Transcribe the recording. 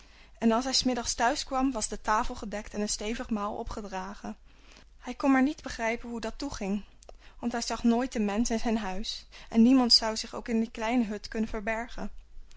en als hij s middags thuis kwam was de tafel gedekt en een stevig maal opgedragen hij kon maar niet begrepen hoe dat toeging want hij zag nooit een mensch in zijn huis en niemand zou zich ook in die kleine hut kunnen verbergen